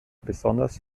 besonders